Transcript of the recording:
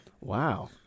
Wow